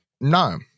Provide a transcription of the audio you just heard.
No